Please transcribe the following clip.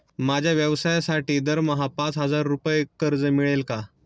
माझ्या व्यवसायासाठी दरमहा पाच हजार रुपये कर्ज मिळेल का?